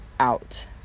out